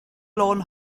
lôn